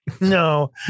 No